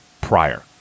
prior